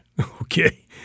okay